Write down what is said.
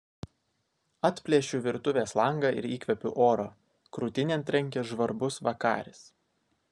atplėšiu virtuvės langą ir įkvepiu oro krūtinėn trenkia žvarbus vakaris